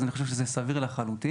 אז אני חושב שזה סביר לחלוטין,